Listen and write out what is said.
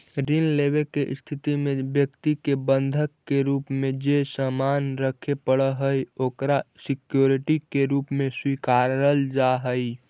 ऋण लेवे के स्थिति में व्यक्ति के बंधक के रूप में जे सामान रखे पड़ऽ हइ ओकरा सिक्योरिटी के रूप में स्वीकारल जा हइ